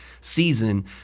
season